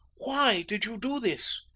why did you do this?